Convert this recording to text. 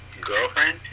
girlfriend